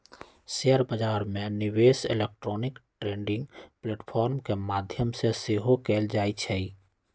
share बजार में निवेश इलेक्ट्रॉनिक ट्रेडिंग प्लेटफॉर्म के माध्यम से सेहो कएल जाइ छइ